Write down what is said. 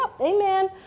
amen